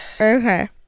okay